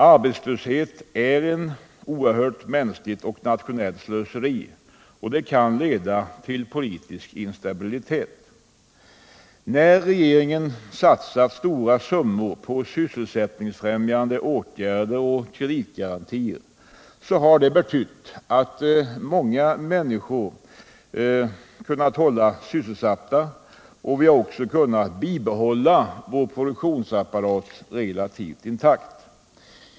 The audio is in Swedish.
Arbetslöshet är ett oerhört slöseri, mänskligt och nationellt, och kan leda till politisk instabilitet. Att regeringen satsat stora summor på sysselsättningsfrämjande åtgärder och kreditgarantier har betytt att vi kunnat hålla många människor sysselsatta och att vi kunnat bibehålla vår produktionsapparat relativt intakt.